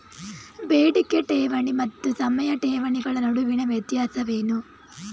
ಬೇಡಿಕೆ ಠೇವಣಿ ಮತ್ತು ಸಮಯ ಠೇವಣಿಗಳ ನಡುವಿನ ವ್ಯತ್ಯಾಸವೇನು?